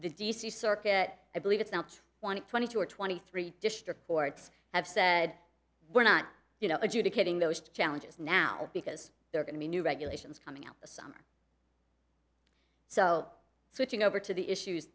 the d c circuit i believe it's not wanted twenty two or twenty three district courts have said we're not you know adjudicating those challenges now because they're going to be new regulations coming out this summer so switching over to the issues